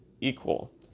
equal